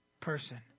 person